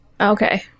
Okay